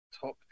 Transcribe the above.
Top